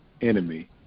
enemy